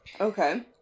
Okay